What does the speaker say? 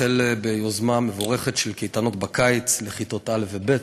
החל ביוזמה מבורכת של קייטנות בקיץ לכיתות א' וב'.